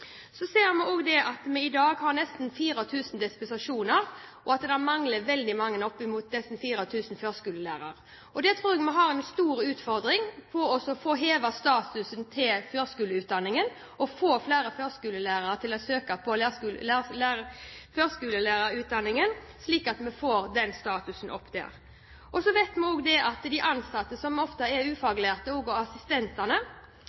Så ser vi også at vi i dag har nesten 4 000 dispensasjoner, og at det mangler veldig mange – opp mot 4 000 – førskolelærere. Jeg tror vi har en stor utfordring i å få hevet statusen til førskolelærerutdanningen og få flere til å søke på førskolelærerutdanningen. Vi må få økt status her. Det er også viktig at de ansatte, som ofte er ufaglærte, og